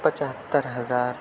پچہتر ہزار